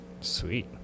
sweet